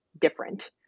different